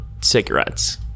cigarettes